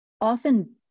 often